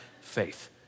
faith